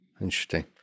Interesting